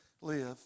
live